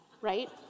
right